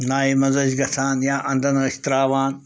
نایہِ منٛز ٲسۍ گَژھان یا اَنٛدَن ٲسۍ ترٛاوان